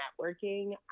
networking